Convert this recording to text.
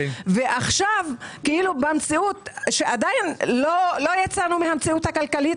ועכשיו כשעדיין לא יצאנו מהמציאות הכלכלית